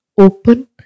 open